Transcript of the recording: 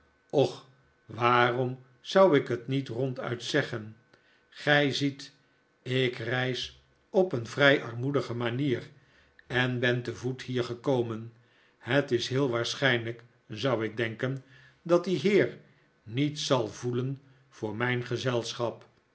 och waarom zou ik het niet ronduit zeggen gij ziet ik reis op een vrij armoedige manier en ben te voet hier gekomen het is heel waarschijnlijk zou ik denken dat die heer niets zal voelen voor mijn gezelschap